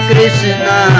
Krishna